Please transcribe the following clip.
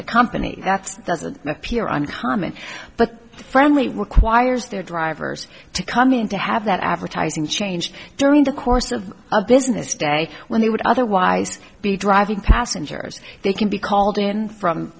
the company that's doesn't appear on common but friendly requires their drivers to come in to have that advertising changed during the course of a business day when they would otherwise be driving passengers they can be called in from